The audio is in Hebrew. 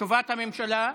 תשובת הממשלה,